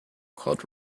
called